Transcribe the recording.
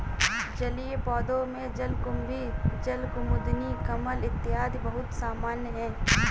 जलीय पौधों में जलकुम्भी, जलकुमुदिनी, कमल इत्यादि बहुत सामान्य है